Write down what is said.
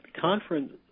conference